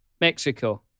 Mexico